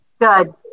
Good